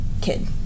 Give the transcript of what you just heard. Kid